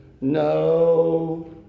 No